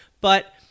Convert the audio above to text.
But-